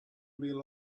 real